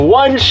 one